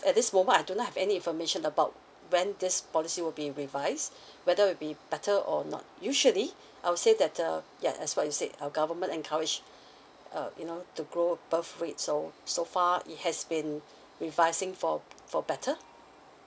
at this moment I don't have any information about when this policy will be revised whether will be better or not usually I would say that uh ya as what you said our government encourage uh you know to grow birth rate so so far it has been revising for for better